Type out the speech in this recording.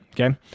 Okay